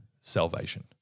salvation